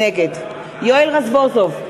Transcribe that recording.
נגד יואל רזבוזוב,